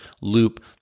loop